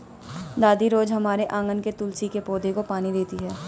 दादी रोज हमारे आँगन के तुलसी के पौधे को पानी देती हैं